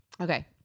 Okay